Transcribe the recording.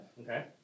Okay